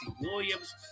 Williams